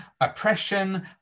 oppression